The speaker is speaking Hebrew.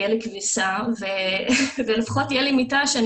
תהיה לי כביסה ולפחות תהיה לי מיטה שאני